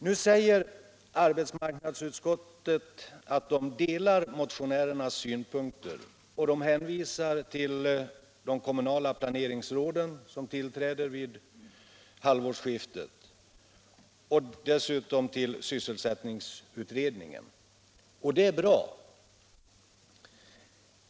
Nu säger sig arbetsmarknadsutskottet dela motionärernas synpunkter och hänvisar till de kommunala planeringsråden — som tillträder vid halvårsskiftet — och dessutom till sysselsättningsutredningen. - Och det är bra!